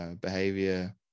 behavior